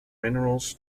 minerals